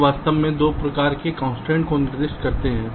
वे वास्तव में 2 प्रकार की कंस्ट्रेंट्स को निर्दिष्ट करते हैं